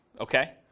okay